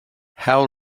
how